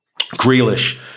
Grealish